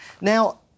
Now